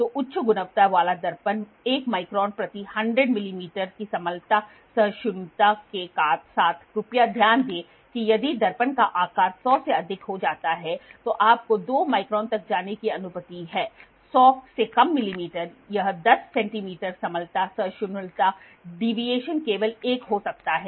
तो उच्च गुणवत्ता वाला दर्पण 1 माइक्रोन प्रति 100 मिलीमीटर की समतलता सहिष्णुता के साथ कृपया ध्यान दें कि यदि दर्पण का आकार 100 से अधिक हो जाता है तो आपको 2 माइक्रोन तक जाने की अनुमति है 100 से कम मिलीमीटर यह 10 सेंटीमीटर समतलता सहिष्णुता डीविएशन केवल एक हो सकता है